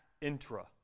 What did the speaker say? intra